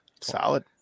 Solid